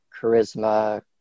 Charisma